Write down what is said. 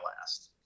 last